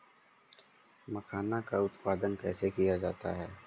मखाना का उत्पादन कैसे किया जाता है?